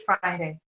Friday